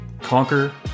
Conquer